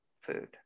food